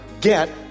get